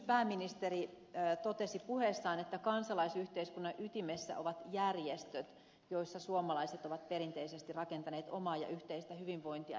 pääministeri totesi puheessaan että kansalaisyhteiskunnan ytimessä ovat järjestöt joissa suomalaiset ovat perinteisesti rakentaneet omaa ja yhteistä hyvinvointia